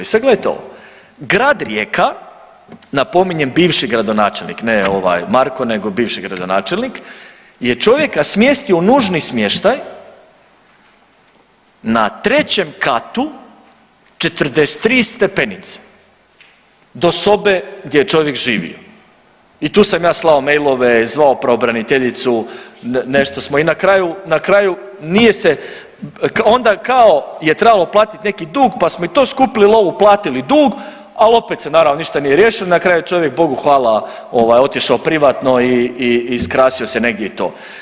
I sad gledajte ovo grad Rijeka, napominjem bivši gradonačelnik, ne ovaj Marko nego bivši gradonačelnik je čovjeka smjestio u nužni smještaj na 3. katu 43 stepenice do sobe gdje je čovjek živio i tu sam ja slao mailove, zvao pravobraniteljicu, nešto smo i na kraju, na kraju nije se, onda kao je trebalo platit neki dug, pa smo i tu skupili lovu, platili dug, al opet se naravno ništa nije riješilo, na kraju čovjek Bogu hvala ovaj otišao privatno i skrasio se negdje i to.